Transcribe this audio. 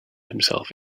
himself